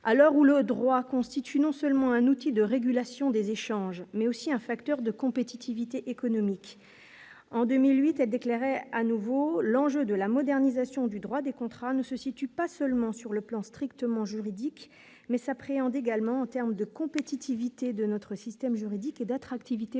l'heure où le droit constitue non seulement un outil de régulation des échanges mais aussi un facteur de compétitivité économique en 2008 a déclaré à nouveau l'enjeu de la modernisation du droit des contrats ne se situe pas seulement sur le plan strictement juridique, mais s'appréhende également en termes de compétitivité de notre système juridique et d'attractivité de